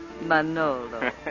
Manolo